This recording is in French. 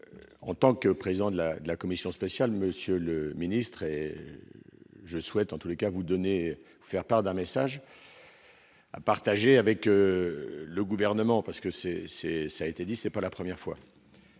en tant que président de la de la commission spéciale, monsieur le ministre et je souhaite en tous les cas vous donnez faire part d'un message à partager avec le gouvernement parce que c'est, c'est, ça a été dit, c'est pas la première fois.